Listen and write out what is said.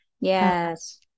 Yes